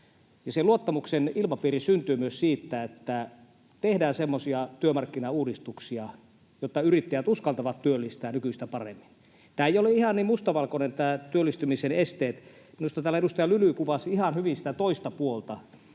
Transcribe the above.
luottamuksen ilmapiiri syntyy myös siitä, että tehdään semmoisia työmarkkinauudistuksia, että yrittäjät uskaltavat työllistää nykyistä paremmin. Nämä työllistymisen esteet eivät ole ihan niin mustavalkoisia. Minusta täällä edustaja Lyly kuvasi ihan hyvin sitä toista puolta,